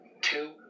Two